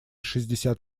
шестьдесят